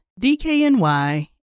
DKNY